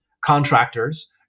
contractors